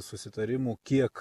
susitarimų kiek